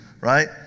right